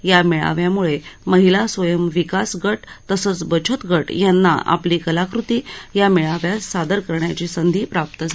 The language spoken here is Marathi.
या मेळाव्यामुळे महिला स्वयं विकास ग तसंच बचतग यांना आपली कलाकृती या मेळाव्यात सादर करण्याची संधी प्राप्त झाली आहे